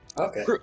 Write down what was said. Okay